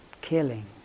killing